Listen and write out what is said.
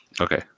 Okay